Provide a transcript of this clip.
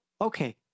okay